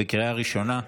לקריאה הראשונה.